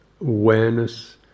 awareness